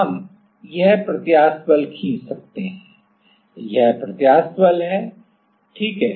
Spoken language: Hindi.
तो हम हम यह प्रत्यास्थ बल खींच सकते हैं यह प्रत्यास्थ बल है ठीक है